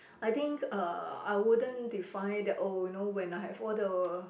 I think uh I wouldn't define that oh you know when I have all the